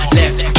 left